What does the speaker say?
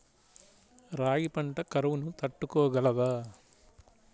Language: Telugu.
రాగి పంట కరువును తట్టుకోగలదా?